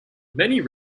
many